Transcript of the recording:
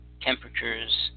temperatures